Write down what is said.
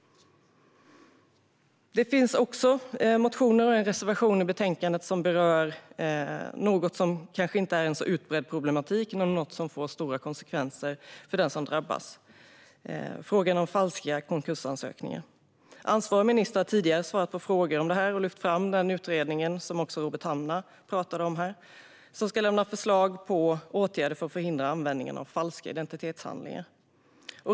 Det finns motioner och en reservation i betänkandet som berör något som kanske inte är en särskilt utbredd problematik men som får stora konsekvenser för den som drabbas, nämligen frågan om falska konkursansökningar. Ansvarig minister har tidigare svarat på frågor om detta och lyft fram den utredning som också Robert Hannah talade om, som ska lämna förslag på åtgärder för att förhindra användningen av falska identitetshandlingar.